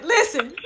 Listen